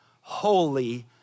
holy